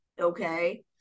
okay